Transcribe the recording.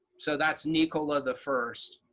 so that's nicola the first,